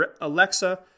Alexa